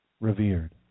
revered